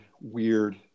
weird